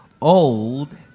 old